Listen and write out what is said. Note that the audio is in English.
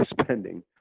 spending